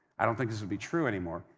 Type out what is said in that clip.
i don't think this would be true anymore,